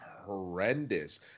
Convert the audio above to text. horrendous